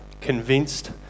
convinced